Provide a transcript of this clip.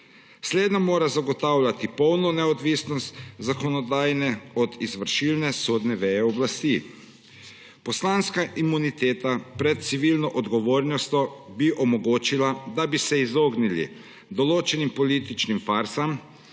Slednja mora zagotavljati polno neodvisnost zakonodajne veje oblasti od izvršilne sodne veje oblasti. Poslanska imuniteta pred civilno odgovornostjo bi omogočila, da bi se izognili določenim političnim farsam,